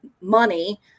money